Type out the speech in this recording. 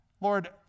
Lord